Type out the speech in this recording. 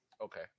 Okay